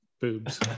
boobs